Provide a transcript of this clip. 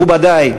מכובדי,